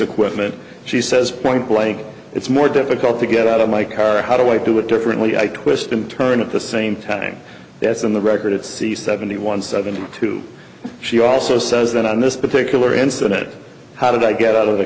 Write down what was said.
equipment she says point blank it's more difficult to get out of my car how do i do it differently i twist and turn at the same time it's on the record it's the seventy one seventy two she also says that on this particular incident how did i get out of the